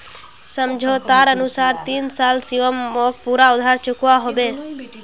समझोतार अनुसार तीन साल शिवम मोक पूरा उधार चुकवा होबे